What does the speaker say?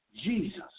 Jesus